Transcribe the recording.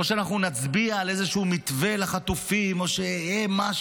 או שאנחנו נצביע על איזשהו מתווה לחטופים או משהו.